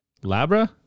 Labra